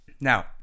Now